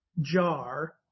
jar